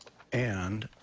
and